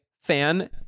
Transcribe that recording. fan